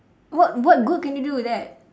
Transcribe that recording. what what good can you do with that